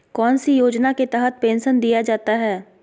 कौन सी योजना के तहत पेंसन दिया जाता है?